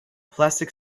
plastic